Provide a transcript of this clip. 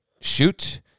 shoot